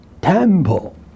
temple